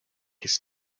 his